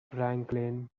franklin